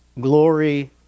Glory